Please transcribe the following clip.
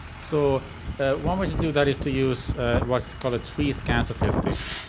so one way to do that is to use what's called a tree scan statistic,